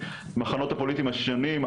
המחנות הפוליטיים השונים,